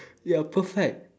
you are perfect